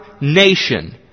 nation